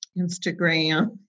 Instagram